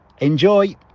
Enjoy